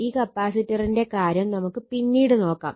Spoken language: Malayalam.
ഈ കപ്പാസിറ്ററിന്റെ കാര്യം നമുക്ക് പിന്നീട് നോക്കാം